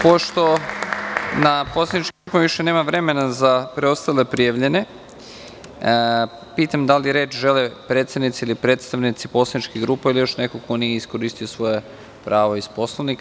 Pošto na poslaničkim grupama više nema vremena za preostale prijavljene, pitam da li reč žele predsednici, ili predstavnici poslaničkih grupa ili još neko ko nije iskoristio svoje pravo iz Poslovnika.